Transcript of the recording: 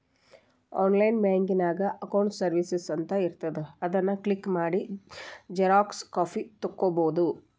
online ಬ್ಯಾಂಕಿನ್ಯಾಗ accounts services ಅಂತ ಇರ್ತಾದ ಅದನ್ ಕ್ಲಿಕ್ ಮಾಡಿ ಝೆರೊಕ್ಸಾ ಕಾಪಿ ತೊಕ್ಕೊಬೋದು